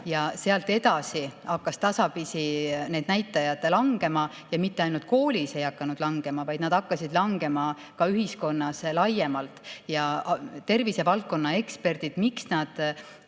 Sealt edasi hakkasid tasapisi need näitajad langema, ja mitte ainult koolis ei hakanud langema, vaid nad hakkasid langema ka ühiskonnas laiemalt. Põhjus, miks tervisevaldkonna eksperdid tahtsid